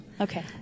Okay